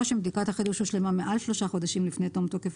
אם בדיקת החידוש הושלמה מעל שלושה חודשים לפני תום תוקף